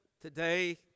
today